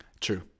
True